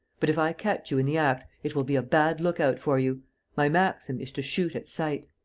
but, if i catch you in the act, it will be a bad lookout for you my maxim is to shoot at sight.